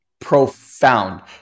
Profound